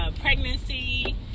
pregnancy